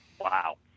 Wow